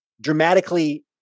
dramatically